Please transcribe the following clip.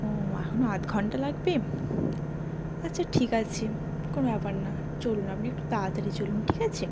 ও এখনো আধ ঘন্টা লাগবে আচ্ছা ঠিক আছে কোনো ব্যাপার না চলুন আপনি একটু তাড়াতাড়ি চলুন ঠিক আছে